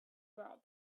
about